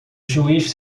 juiz